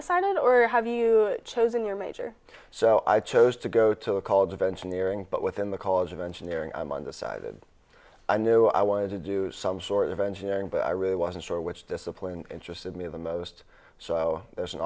undecided or have you chosen your major so i chose to go to a college of engineering but within the college of engineering i'm undecided i knew i wanted to do some sort of engineering but i really wasn't sure which discipline interested me the most so as an